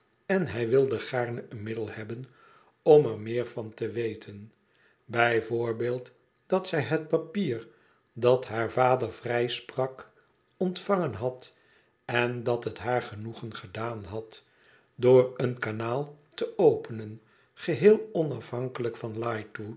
en hij wilde gaarne een middel hebben om er meer van te weten bij voorbeeld dat zij het papier dat haar vader vrijsprak ontvangen had en dat het haar genoegen gedaan had door een kanaal te openen geheel onafhankelijk van lightwood